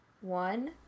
one